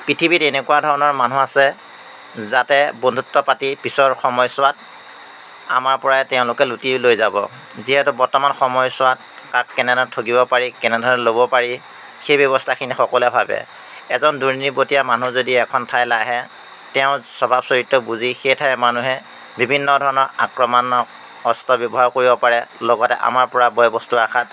পৃথিৱীত এনেকুৱা ধৰণৰ মানুহ আছে যাতে বন্ধুত্ব পাতি পিছৰ সময়ছোৱাত আমাৰ পৰাই তেওঁলোকে লুটি লৈ যাব যিহেতু বৰ্তমান সময়ছোৱাত কাক কেনেধৰণে ঠগিব পাৰি কেনেধৰণে ল'ব পাৰি সেই ব্যৱস্থাখিনি সকলোৱে ভাবে এজন দুৰণিবতীয়া মানুহ যদি এখন ঠাইলৈ আহে তেওঁৰ স্বভাৱ চৰিত্ৰ বুজি সেই ঠাইৰ মানুহে বিভিন্ন ধৰণৰ আক্ৰমণৰ অস্ত্ৰ ব্যৱহাৰ কৰিব পাৰে লগতে আমাৰ পৰা বয় বস্তুৰ আশাত